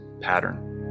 pattern